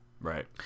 right